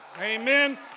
amen